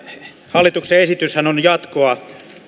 hallituksen esityshän on jatkoa